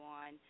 on